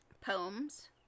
Poems